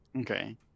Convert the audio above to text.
Okay